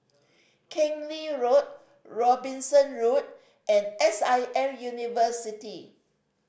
Keng Lee Road Robinson Road and S I M University